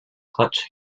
clutch